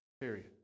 period